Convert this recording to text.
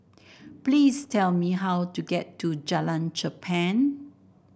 please tell me how to get to Jalan Cherpen